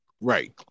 Right